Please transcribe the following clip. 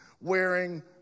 wearing